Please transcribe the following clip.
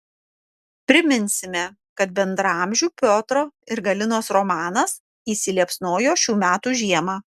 priminsime kad bendraamžių piotro ir galinos romanas įsiliepsnojo šių metų žiemą